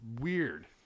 weird